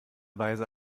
weise